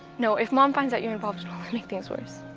no, if mom finds out you're involved, she'll only make things worse.